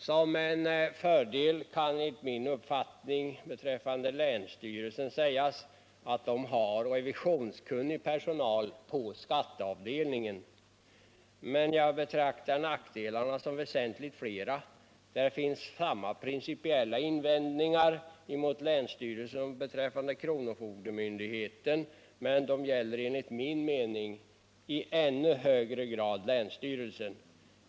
Som en fördel beträffande länsstyrelsen kan enligt min mening anföras att den har redovisningskunnig personal på skatteavdelningen. Men jag betraktar nackdelarna som väsentligt fler. Det finns samma principiella invändningar beträffande kronofogdemyndigheten, men de gäller enligt min mening i ännu högre grad länsstyrelsen.